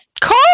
Cool